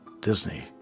Disney